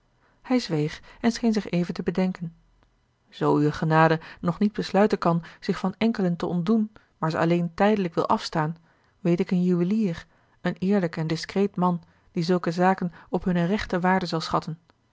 hij zweeg en scheen zich even te bedenken zoo uwe genade nog niet besluiten kan zich van enkelen te ontdoen maar ze alleen tijdelijk wil afstaan weet ik een juwelier een eerlijk en discreet man die zulke zaken op hunne rechte waarde zal schatten